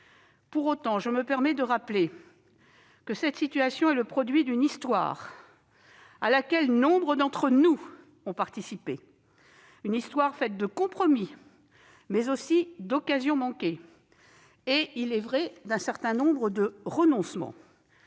Pour autant, je me permets de le rappeler, cette situation est le produit d'une histoire à laquelle nombre d'entre nous ont participé, une histoire faite de compromis, mais aussi d'occasions manquées et, il est vrai, d'un certain nombre de renoncements.